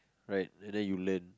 right and then you learn